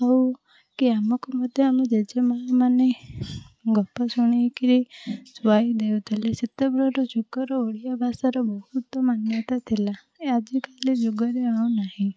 ଆଉ କି ଆମକୁ ମଧ୍ୟ ଆମ ଜେଜେମାମାନେ ଗପ ଶୁଣେଇ କରି ଶୁଆଇ ଦେଉଥିଲେ ସେତେବେଳର ଯୁଗର ଓଡ଼ିଆ ଭାଷାର ବହୁତ ମାନ୍ୟତା ଥିଲା ଏ ଆଜିକାଲି ଯୁଗରେ ଆଉ ନାହିଁ